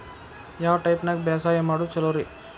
ಯಾವ ಟೈಪ್ ನ್ಯಾಗ ಬ್ಯಾಸಾಯಾ ಮಾಡೊದ್ ಛಲೋರಿ?